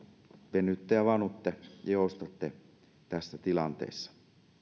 venytte ja vanutte ja joustatte tässä tilanteessa